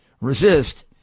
resist